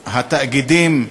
כאשר התאגידים,